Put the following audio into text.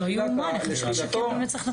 זה לא יאומן, איך אפשר לשקר במצח נחושה?